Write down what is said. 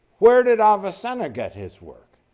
where did avicenna get his work?